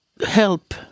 help